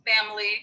family